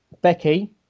Becky